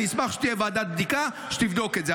אני אשמח שתהיה ועדת בדיקה שתבדוק את זה,